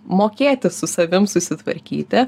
mokėti su savim susitvarkyti